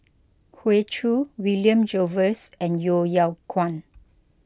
Hoey Choo William Jervois and Yeo Yeow Kwang